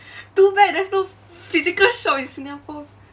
too bad there's no physical shop in singapore